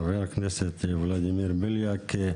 חבר הכנסת ולדימיר בליאק.